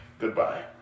Goodbye